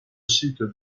site